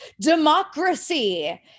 democracy